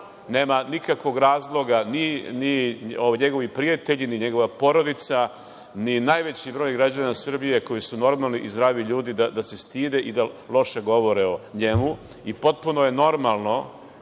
nema nikakvog razloga ni njegovi prijatelji, ni njegova porodica, ni najveći broj građana Srbije, koji su normalni i zdravi ljudi, da se stide i da loše govore o njemu. Potpuno je normalno